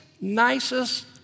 nicest